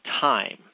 time